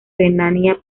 renania